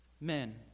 Men